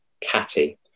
catty